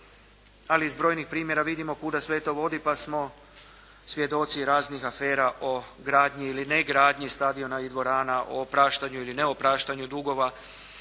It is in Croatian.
Ali iz brojnih primjera vidimo kuda sve to vodi pa smo svjedoci raznih afera o gradnji ili negradnji stadiona i dvorana, o opraštanju ili neopraštanju dugova,